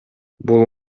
бул